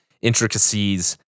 intricacies